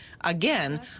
Again